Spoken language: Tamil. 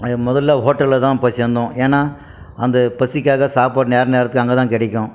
அது முதல்ல ஹோட்டலில் தான் போய் சேர்ந்தோம் ஏன்னால் அந்த பசிக்காக சாப்பாடு நேர நேரத்துக்கு அங்கே தான் கிடைக்கும்